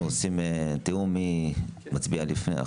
אנחנו עושים תיאום מי מצביע לפני.